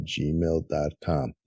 gmail.com